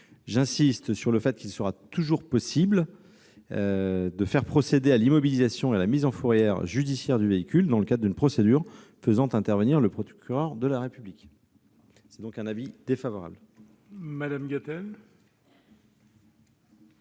zones rurales. Il sera toujours possible de faire procéder à l'immobilisation et à la mise en fourrière judiciaires du véhicule, dans le cadre d'une procédure faisant intervenir le procureur de la République. L'avis est donc défavorable. La parole